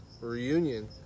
reunion